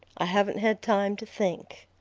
i haven't had time to think.